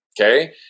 Okay